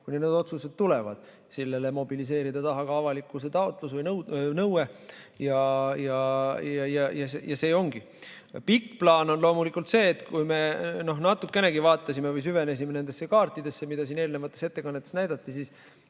kuni need otsused tulevad, sellele mobiliseerida taha ka avalikkuse taotlus või nõue. See ongi. Pikk plaan on loomulikult see, et kui me natukenegi süvenesime nendesse kaartidesse, mida siin eelnevates ettekannetes näidati, siis